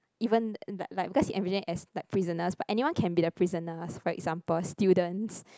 even like like because envisioned as like prisoners but anyone can be the prisoners for example students